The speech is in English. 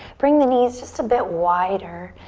bring the knees just a bit wider.